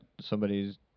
somebody's